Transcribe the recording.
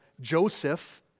Joseph